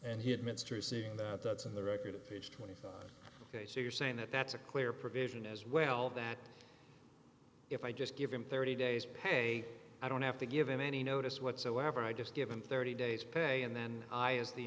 and he admits to seeing that that's in the record of page twenty thought ok so you're saying that that's a clear provision as well that if i just give him thirty days pay i don't have to give him any notice whatsoever i just given thirty days pay and then i use the